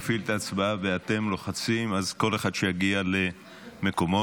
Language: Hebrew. ואתם לוחצים, אז שכל אחד יגיע למקומו.